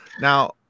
Now